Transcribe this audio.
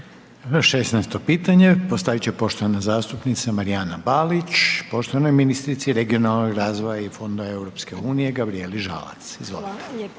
16-to pitanje postavit će poštovana zastupnica Marijana Balić, poštovanoj ministrici regionalnog razvoja i fondova EU Gabrijeli Žalac, izvolite.